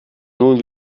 nun